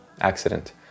accident